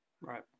Right